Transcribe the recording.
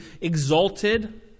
exalted